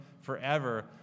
forever